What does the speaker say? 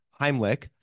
Heimlich